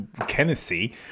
Kennedy